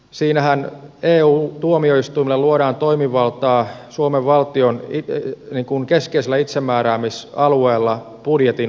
siinähän eu tuomioistuimelle luodaan toimivaltaa suomen valtion keskeisellä itsemääräämisalueella budjetin osalta